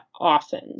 often